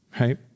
Right